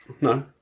No